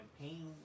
Campaign